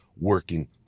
working